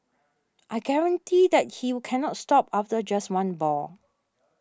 I guarantee that you cannot stop after just one ball